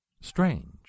Strange